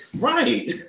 Right